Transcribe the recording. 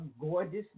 gorgeous